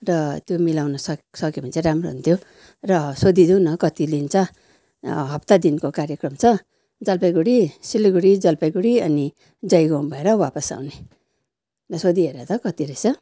र त्यो मिलाउन सक्यो भने चाहिँ राम्रो हुन्थ्यो र सोधिदेउ न कति लिन्छ हप्ता दिनको कार्यक्रम छ जलपाइगढी सिलिगढी जलपाइगढी अनि जयगाउँ भएर वापस आउने सोधिहेर त कति रहेछ